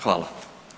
Hvala.